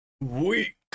weak